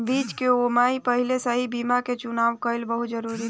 बीज के बोआई से पहिले सही बीया के चुनाव कईल बहुत जरूरी रहेला